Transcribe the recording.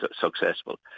successful